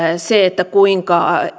se kuinka